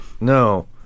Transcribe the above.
No